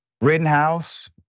Rittenhouse